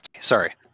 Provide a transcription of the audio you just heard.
sorry